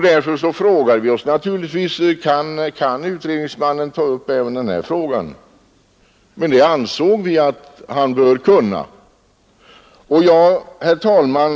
Därför frågade vi oss naturligtvis: Kan utredningsmannen ta upp även den här frågan? Det ansåg vi att han bör kunna. Herr talman!